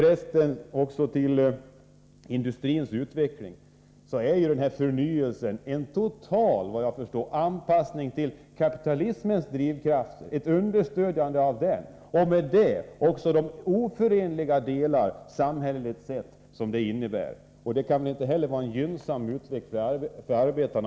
Sedan något om industrins utveckling. Den förnyelse på detta område som man talar om innebär, såvitt jag förstår, en total anpassning till kapitalismens drivkrafter. Det gäller att stödja kapitalismen och därmed även andra, oförenliga krafter i samhället. Men i längden kan det väl inte vara en gynnsam utveckling för arbetarna.